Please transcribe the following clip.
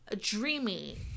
Dreamy